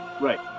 Right